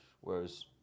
whereas